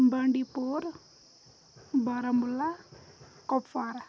بانٛڈی پور بارہمُلہ کپوارا